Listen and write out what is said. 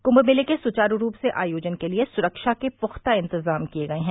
कुंभ मेले के सुचारु रूप से आयोजन के लिए सुरक्षा के पुख्ता इंतजाम किए गए हैं